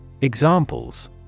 Examples